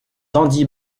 dandy